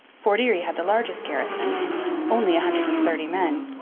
fort erie had the largest garrison only a hundred and thirty men.